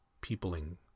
peopling